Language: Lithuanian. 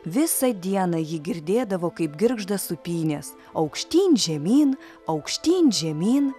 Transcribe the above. visą dieną ji girdėdavo kaip girgžda sūpynės aukštyn žemyn aukštyn žemyn